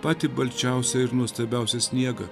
patį balčiausią ir nuostabiausią sniegą